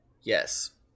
Yes